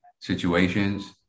situations